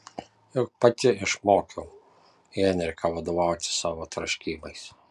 juk pati išmokiau henriką vadovautis savo troškimais